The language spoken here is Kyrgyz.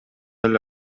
эле